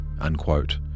unquote